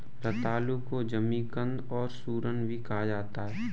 रतालू को जमीकंद और सूरन भी कहा जाता है